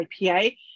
IPA